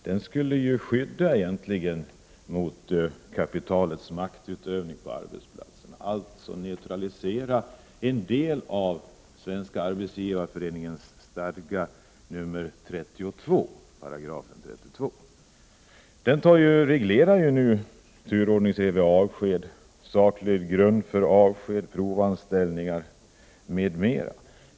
Herr talman! Frågan gäller lagen om anställningsskydd, som de tidigare talarna har sagt infördes i början av 1970-talet. Den skulle egentligen skydda mot kapitalets maktutövning på arbetsplatserna, alltså neutralisera en del av Svenska arbetsgivareföreningens 32 §. Den reglerar ju turordningen vid uppsägning, saklig grund för uppsägning och grund för avskedande, provanställning m.m.